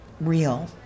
real